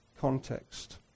context